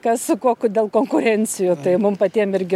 kas su kuo dėl konkurencijų tai mum patiem irgi